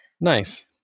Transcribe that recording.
Nice